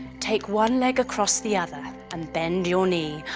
take one leg across the other and bend your knee,